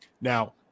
Now